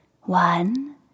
One